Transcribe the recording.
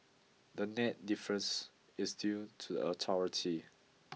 the net difference is due to the authority